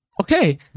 Okay